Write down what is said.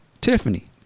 tiffany